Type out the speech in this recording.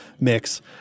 mix